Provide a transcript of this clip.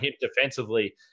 defensively